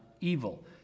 evil